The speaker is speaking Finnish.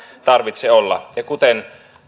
tarvitse olla ja kuten